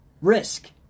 Risk